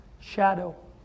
Shadow